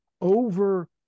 over